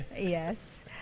Yes